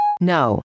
No